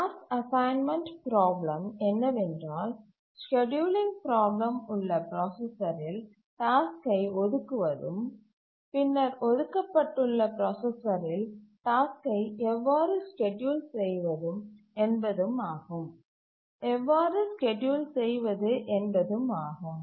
task assignment problem என்னவென்றால் scheduling problem உள்ள பிராசசரில் டாஸ்க்கை ஒதுக்குவதும் பின்னர் ஒதுக்கப்பட்டுள்ள பிராசசரில் டாஸ்க்கை எவ்வாறு ஸ்கேட்யூல் செய்வது என்பதும் ஆகும்